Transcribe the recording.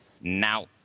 now